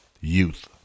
Youth